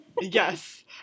Yes